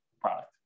product